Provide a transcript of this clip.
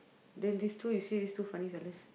then these two you see these two funny funny